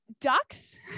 ducks